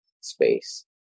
space